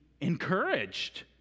encouraged